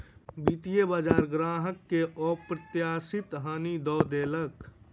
वित्तीय बजार ग्राहक के अप्रत्याशित हानि दअ देलक